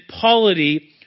polity